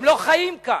הם לא חיים כאן,